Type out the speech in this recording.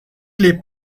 clay